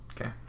Okay